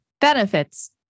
Benefits